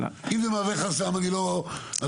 אם זה מהווה חסם, אני לא שם.